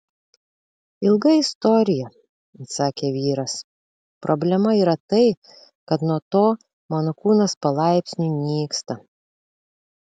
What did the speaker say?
ilga istorija atsakė vyras problema yra tai kad nuo to mano kūnas palaipsniui nyksta